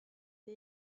det